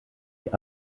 die